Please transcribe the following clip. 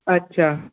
اچّھا